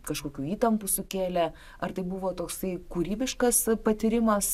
kažkokių įtampų sukėlė ar tai buvo toksai kūrybiškas patyrimas